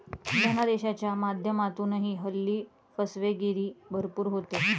धनादेशाच्या माध्यमातूनही हल्ली फसवेगिरी भरपूर होते